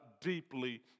deeply